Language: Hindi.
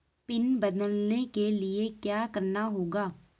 पिन बदलने के लिए क्या करना होगा?